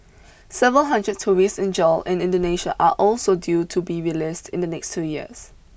several hundred terrorists in jail in Indonesia are also due to be released in the next two years